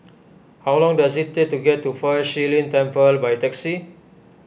how long does it take to get to Fa Shi Lin Temple by taxi